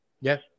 Yes